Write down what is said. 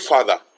Father